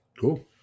Cool